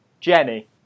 Jenny